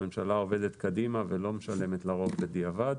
הממשלה עובדת קדימה ולא משלמת לרוב בדיעבד.